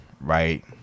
right